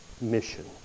mission